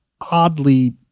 oddly